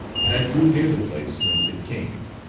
and i drew near the place whence it came.